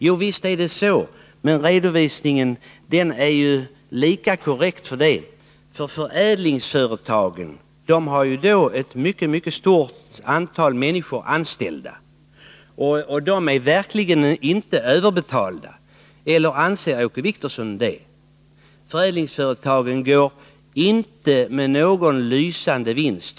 Jo, visst är det så, men redovisningen är lika korrekt för det. Förädlingsföretagen har ett mycket stort antal människor anställda som verkligen inte är överbetalda. Eller anser Åke Wictorsson det? Förädlingsföretagen går inte med någon lysande vinst.